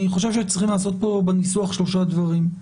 לדעתי, צריכים לעשות בניסוח שלושה דברים: